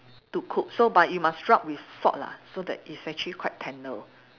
to cook so but you must rub with salt lah so that it's actually quite tender